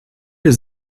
his